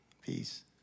Peace